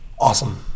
Awesome